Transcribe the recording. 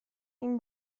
این